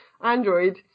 Android